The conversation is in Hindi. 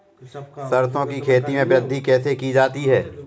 सरसो की खेती में वृद्धि कैसे की जाती है?